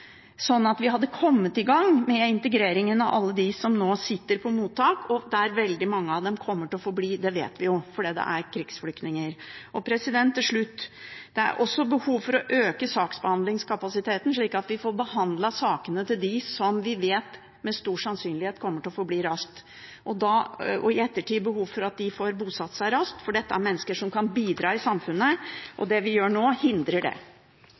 at vi hadde kommet i gang med integrering av alle dem som nå sitter på mottak, og veldig mange av dem kommer til å få bli. Det vet vi jo, for det er krigsflyktninger. Til slutt: Det er også behov for å øke saksbehandlingskapasiteten, slik at vi raskt får behandlet sakene til dem som vi vet med stor sannsynlighet kommer til å få bli, og i ettertid er det behov for at de får bosatt seg raskt, for dette er mennesker som kan bidra i samfunnet. Det vi gjør nå, hindrer det.